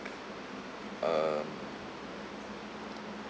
uh